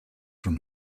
from